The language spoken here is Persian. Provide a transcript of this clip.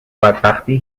بدبختی